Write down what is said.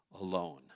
alone